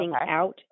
out